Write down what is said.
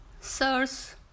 sir's